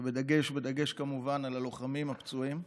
ובדגש כמובן על הלוחמים, הפצועים.